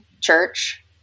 church